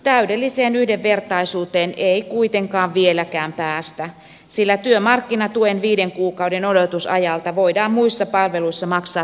täydelliseen yhdenvertaisuuteen ei kuitenkaan vieläkään päästä sillä työmarkkinatuen viiden kuukauden odotusajalta voidaan muissa palveluissa maksaa työmarkkinatukea